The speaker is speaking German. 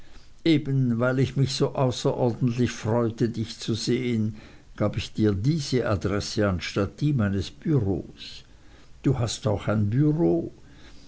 eben weil ich mich so außerordentlich freute dich zu sehen gab ich dir diese adresse anstatt die meines bureaus du hast auch ein